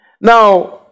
Now